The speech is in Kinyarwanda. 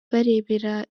barebera